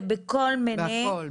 בכול,